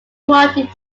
wanted